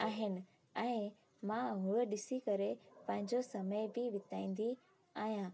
आहिनि ऐं मां हूअ ॾिसी करे पंहिंजो समय बि विताईंदी आहियां